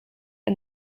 and